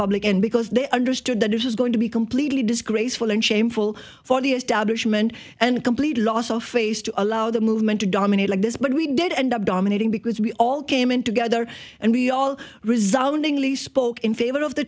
public and because they understood that this is going to be completely disgraceful and shameful for the establishment and a complete loss of face to allow the movement to dominate like this but we did end up dominating because we all came in together and we all resoundingly spoke in favor of the